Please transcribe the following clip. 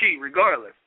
regardless